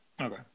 Okay